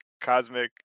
Cosmic